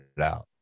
out